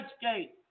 gate